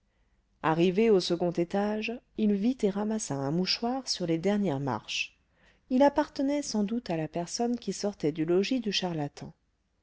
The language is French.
arrivé au second étage il vit et ramassa un mouchoir sur les dernières marches il appartenait sans doute à la personne qui sortait du logis du charlatan